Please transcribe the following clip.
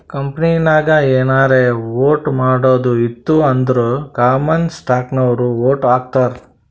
ಕಂಪನಿನಾಗ್ ಏನಾರೇ ವೋಟ್ ಮಾಡದ್ ಇತ್ತು ಅಂದುರ್ ಕಾಮನ್ ಸ್ಟಾಕ್ನವ್ರು ವೋಟ್ ಹಾಕ್ತರ್